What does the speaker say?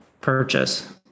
purchase